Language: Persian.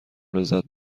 لذت